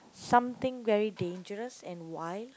something very dangerous and wild